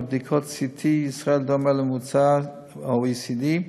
בבדיקות CT ישראל דומה לממוצע ה-OECD: